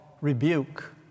rebuke